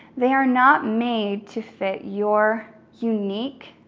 they are not made to fit your unique,